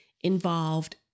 involved